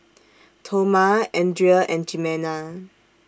Toma Andrea and Jimena